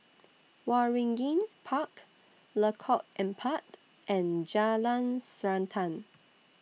Waringin Park Lengkok Empat and Jalan Srantan